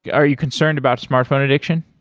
are you concerned about smartphone addiction?